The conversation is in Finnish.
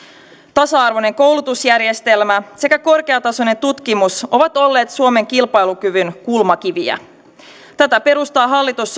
tasa arvoinen koulutusjärjestelmä sekä korkeatasoinen tutkimus ovat olleet suomen kilpailukyvyn kulmakiviä tätä perustaa hallitus